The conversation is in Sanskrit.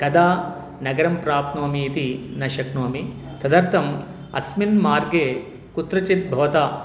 कदा नगरं प्राप्नोमि इति न शक्नोमि तदर्थम् अस्मिन् मार्गे कुत्रचित् भवता